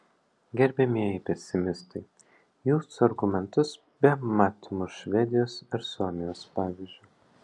gerbiamieji pesimistai jūsų argumentus bemat muš švedijos ir suomijos pavyzdžiu